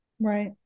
Right